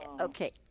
okay